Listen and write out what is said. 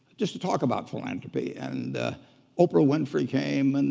just to talk about philanthropy. and oprah winfrey came, and